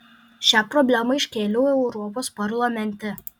šią problemą iškėliau europos parlamente